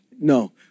no